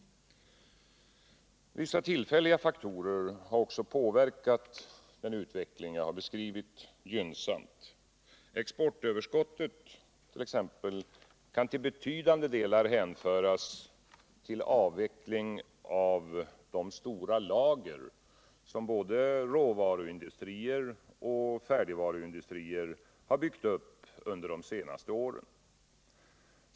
Vissa tillfälliga faktorer har också påverkat utvecklingen gynnsamt. Exportöverskottet kant.ex. till betydande delar hänföras till avvecklingen av de stora lager, som både råvaruindustrier och färdigvaruindustrier har byggt upp de senaste åren.